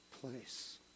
place